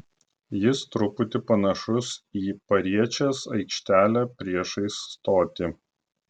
jis truputį panašus į pariečės aikštelę priešais stotį